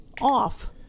off